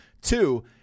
Two